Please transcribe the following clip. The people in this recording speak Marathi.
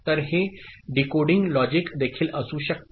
तर हे डीकोडिंग लॉजिक देखील असू शकते